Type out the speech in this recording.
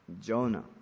Jonah